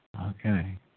Okay